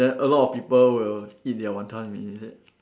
then a lot of people will eat their Wanton-Mee is it